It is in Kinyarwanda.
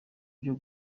byo